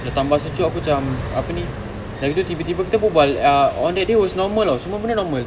bertambah sejuk aku cam apa ni time tu tiba-tiba kita berbual ah on that day it was normal [tau] semua benda normal